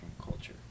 culture